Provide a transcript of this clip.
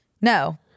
No